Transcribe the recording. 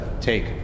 take